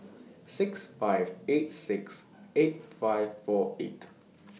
six five eight six eight five four eight